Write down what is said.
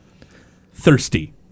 Thirsty